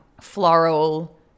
floral